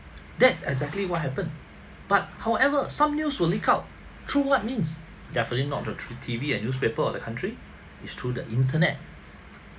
that's exactly what happened but however some news will leak out through what means definitely not the~ through T_V and newspaper of the country is through the internet